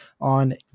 On